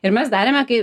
ir mes darėme kai